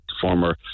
former